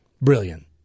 Brilliant